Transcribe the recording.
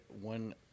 one